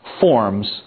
forms